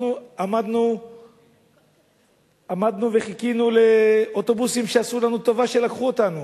אנחנו עמדנו וחיכינו לאוטובוסים שעשו לנו טובה שלקחו אותנו.